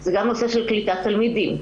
זה גם נושא של קליטת תלמידים,